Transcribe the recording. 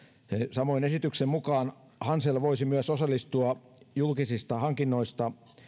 samoin esityksen mukaan hansel voisi osallistua julkisista hankinnoista